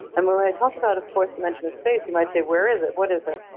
um um when i talk about a fourth dimension of space, you might say, where is it? what is it?